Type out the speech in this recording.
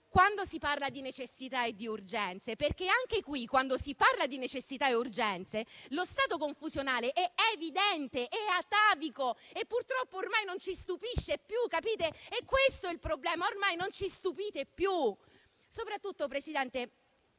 quando si parla di necessità e di urgenze, perché anche qui, quando si parla di necessità e urgenza, lo stato confusionale è evidente e atavico. Purtroppo, ormai non ci stupisce più, lo capite? È questo il problema, ormai non ci stupite più. Soprattutto, Presidente,